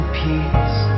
peace